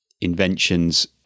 inventions